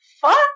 fuck